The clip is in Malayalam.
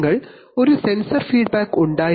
നിങ്ങൾ ഒരു സെൻസർ ഫീഡ്ബാക്ക് ഉണ്ടായിരുന്നു